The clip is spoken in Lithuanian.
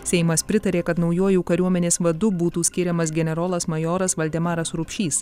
seimas pritarė kad naujuoju kariuomenės vadu būtų skiriamas generolas majoras valdemaras rupšys